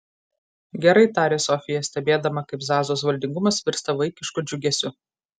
gerai tarė sofija stebėdama kaip zazos valdingumas virsta vaikišku džiugesiu